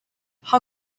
how